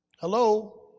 Hello